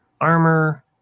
armor